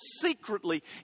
secretly